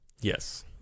yes